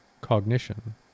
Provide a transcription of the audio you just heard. cognition